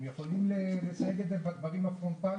הם יכולים לסייג את זה בדברים הפרונטליים?